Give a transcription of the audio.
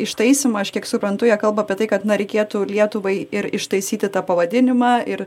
ištaisymą aš kiek suprantu jie kalba apie tai kad na reikėtų lietuvai ir ištaisyti tą pavadinimą ir